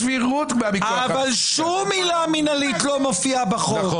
אבל שום עילה מנהלית לא מופיעה בחוק.